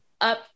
up